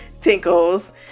tinkles